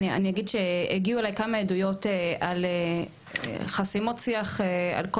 אני אגיד שהגיעו אלי כמה עדויות על חסימות שיח על כל